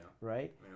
right